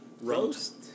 roast